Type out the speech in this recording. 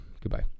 Goodbye